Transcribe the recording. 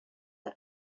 the